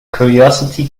curiosity